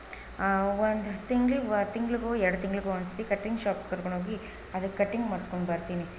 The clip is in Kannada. ಒಂದು ತಿಂಗ್ಳು ಒ ತಿಂಗಳಿಗೋ ಎರ್ಡು ತಿಂಗಳಿಗೋ ಒಂದ್ಸರ್ತಿ ಕಟ್ಟಿಂಗ್ ಶಾಪ್ಗೆ ಕರ್ಕೊಂಡು ಹೋಗಿ ಅದಕ್ಕೆ ಕಟ್ಟಿಂಗ್ ಮಾಡಿಸ್ಕೊಂಡು ಬರ್ತೀನಿ